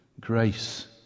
grace